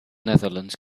netherlands